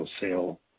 sale